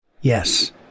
Yes